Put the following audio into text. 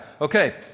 okay